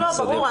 ברור,